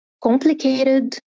complicated